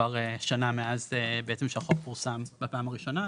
כבר שנה מאז בעצם שהחוק פורסם בפעם הראשונה,